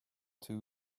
two